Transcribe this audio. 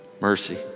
mercy